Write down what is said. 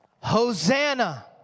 Hosanna